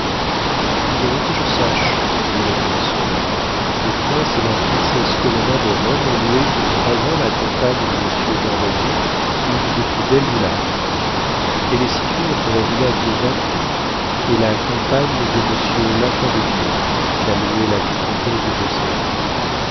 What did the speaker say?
non que je sache lui répondit son hôte le prince et la princesse colonna de rome ont loué pour trois ans la campagne de monsieur jeanrenaud une des plus belles du lac elle est située entre la villa diodati et la campagne de monsieur lafin de dieu qu'a louée la vicomtesse de